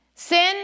Sin